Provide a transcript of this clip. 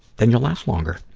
then you'll last longer.